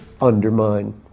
undermine